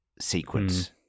sequence